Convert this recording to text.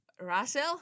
Russell